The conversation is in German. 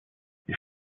ich